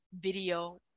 video